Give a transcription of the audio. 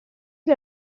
più